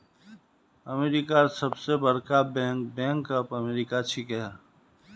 अमेरिकार सबस बरका बैंक बैंक ऑफ अमेरिका छिके